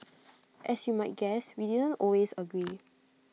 as you might guess we didn't always agree